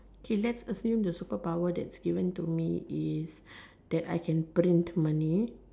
okay let's assume the superpower that's given to me is that I can print money